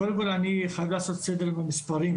קודם כל אני חייב לעשות סדר במספרים,